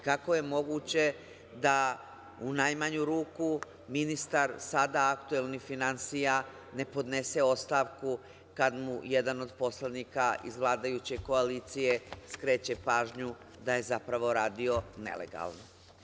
Kako je moguće da u najmanju ruku sada aktuelni ministar finansija ne podnese ostavku kad mu jedan od poslanika iz vladajuće koalicije skreće pažnju da je zapravo radio nelegalno?